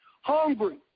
hungry